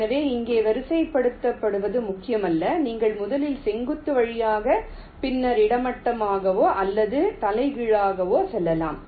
எனவே இங்கே வரிசைப்படுத்துவது முக்கியமல்ல நீங்கள் முதலில் செங்குத்து வழியாகவும் பின்னர் கிடைமட்டமாகவோ அல்லது தலைகீழாகவோ செல்லலாம்